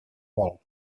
vol